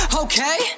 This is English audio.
okay